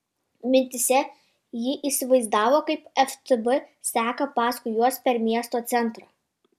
mintyse ji įsivaizdavo kaip ftb seka paskui juos per miesto centrą